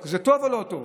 זה טוב או לא טוב?